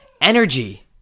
energy